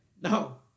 No